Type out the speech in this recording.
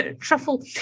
Truffle